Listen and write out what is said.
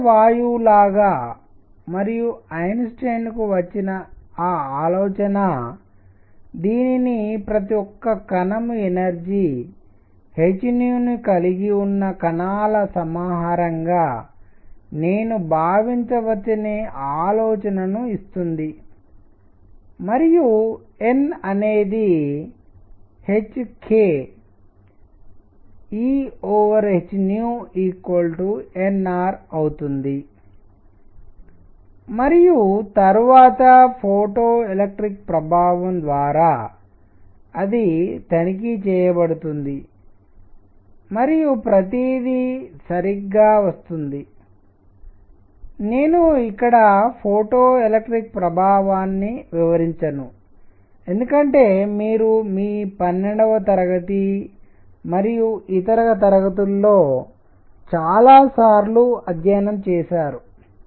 ఆదర్శ వాయువు లాగా మరియు ఐన్స్టీన్కు వచ్చిన ఆ ఆలోచన దీనిని ప్రతి ఒక్క కణం ఎనర్జీ h ని కలిగి ఉన్న కణాల సమాహారంగా నేను భావించవచ్చనే ఆలోచనను ఇస్తుంది మరియు n అనేది h k E h n R అవుతుంది మరియు తరువాత ఫోటోఎలెక్ట్రిక్ ప్రభావం ద్వారా అది తనిఖీ చేయబడుతుంది మరియు ప్రతిదీ సరిగ్గా వస్తుంది నేను ఇక్కడ ఫోటోఎలెక్ట్రిక్ ప్రభావాన్ని వివరించను ఎందుకంటే మీరు మీ 12 వ తరగతి మరియు ఇతర తరగతి లో చాలాసార్లు అధ్యయనం చేశారు